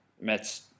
Mets